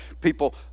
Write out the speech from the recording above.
people